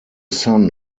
son